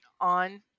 on